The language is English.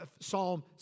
Psalm